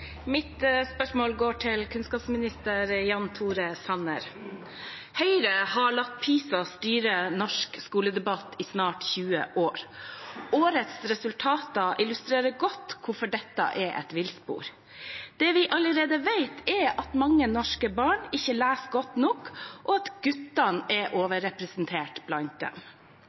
Mitt spørsmål går til kunnskapsminister Jan Tore Sanner. Høyre har latt PISA styre norsk skoledebatt i snart 20 år. Årets resultater illustrerer godt hvorfor dette er et villspor. Det vi allerede vet, er at mange norske barn ikke leser godt nok, og at guttene er overrepresentert blant dem.